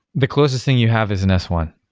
the closest thing you have is an s one.